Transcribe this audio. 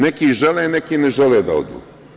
Neki žele, neki ne žele da odu.